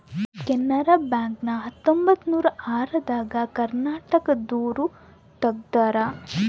Canara bank ನ ಹತ್ತೊಂಬತ್ತನೂರ ಆರ ದಾಗ ಕರ್ನಾಟಕ ದೂರು ತೆಗ್ದಾರ